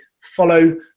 follow